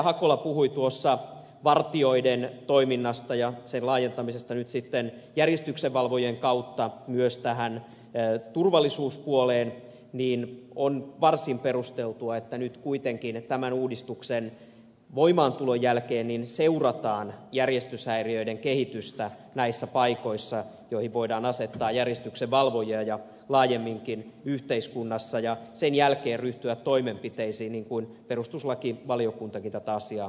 hakola puhui tuossa vartijoiden toiminnasta ja sen laajentamisesta nyt sitten järjestyksenvalvojien kautta myös tähän turvallisuuspuoleen on varsin perusteltua että nyt kuitenkin tämän uudistuksen voimaantulon jälkeen seurataan järjestyshäiriöiden kehitystä näissä paikoissa joihin voidaan asettaa järjestyksenvalvojia ja laajemminkin yhteiskunnassa ja sen jälkeen voidaan ryhtyä toimenpiteisiin niin kuin perustuslakivaliokuntakin tätä asiaa käsitellessään totesi